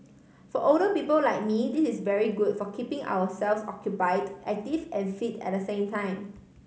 for older people like me this is very good for keeping ourselves occupied active and fit at the same time